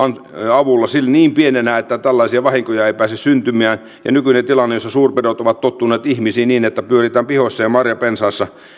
avulla niin pieni että tällaisia vahinkoja ei pääse syntymään nykyisessä tilanteessa suurpedot ovat tottuneet ihmisiin niin että pyöritään pihoissa ja marjapensaissa